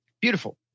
Beautiful